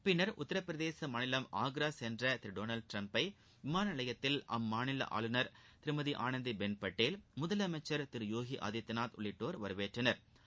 பின்னர் உத்திரபிரதேச மாநிலம் ஆன்ரா சென்ற திரு டொனாவ்டு ட்டிரம்பை விமான நிவையத்தில் அம்மாநில ஆளுநர் திருமதி ஆனந்தி பென் படேல் முதலமைச்ச் திரு யோகி ஆதித்யநாத் உள்ளிட்டோர் வரவேற்றனா்